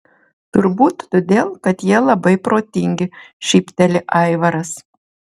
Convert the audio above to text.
turbūt todėl kad jie labai protingi šypteli aivaras